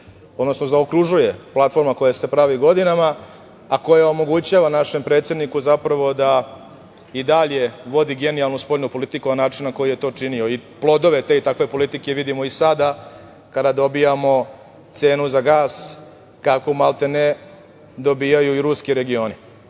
odnosno zaokružuje platforma koja se pravi godinama, a koja omogućava našem predsedniku zapravo da i dalje vodi genijalnu spoljnu politiku na način na koji je to i činio i plodove te i takve politike vidimo i sada kada dobijamo cenu za gas kakvu maltene dobijaju i ruski regionu. Sigurno